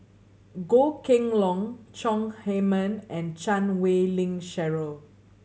Goh Kheng Long Chong Heman and Chan Wei Ling Cheryl